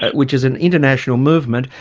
ah which is an international movement,